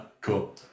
cool